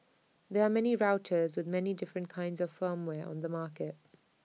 there're many routers with many different kinds of firmware on the market